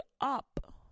up